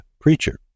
preacher